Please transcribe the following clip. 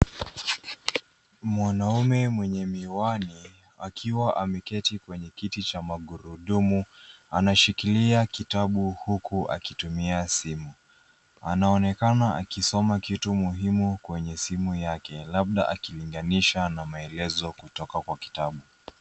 Mwanamume mwenye miwani akiwa ameketi kwenye kiti cha magurudumu anashikilia kitabu huku akitumia simu. Anaonekana akisoma kitu muhimu kwenye simu yake, labda akilinganisha na maelezo kutoka kwa kitabu.